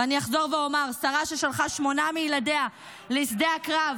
ואני אחזור ואומר: שרה ששלחה שמונה מילדיה לשדה הקרב,